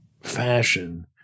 fashion